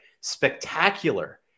spectacular